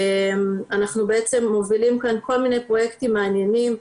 אנחנו בעצם מובילים כאן כל מיני פרוייקטים מעניינים,